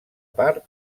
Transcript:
part